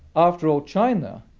after all, china,